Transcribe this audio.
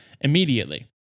immediately